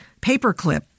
Paperclip